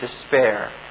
despair